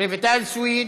רויטל סויד,